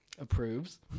approves